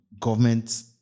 government